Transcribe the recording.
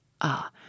Ah